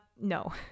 no